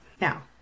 Now